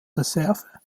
reserve